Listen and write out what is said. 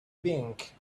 bank